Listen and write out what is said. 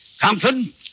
Compton